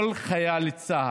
כל חייל צה"ל,